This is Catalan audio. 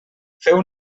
feu